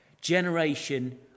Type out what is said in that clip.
generation